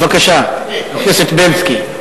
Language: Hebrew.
בבקשה, חבר הכנסת זאב בילסקי.